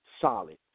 solid